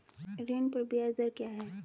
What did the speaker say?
ऋण पर ब्याज दर क्या है?